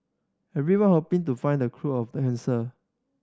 everyone hoping to find the cure of the cancer